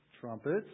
Trumpets